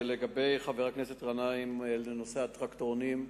לגבי חבר הכנסת גנאים, לנושא הטרקטורונים,